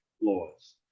laws